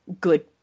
good